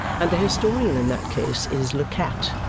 and the historian in that case is le cat,